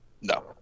No